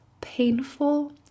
painful